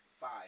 Five